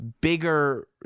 bigger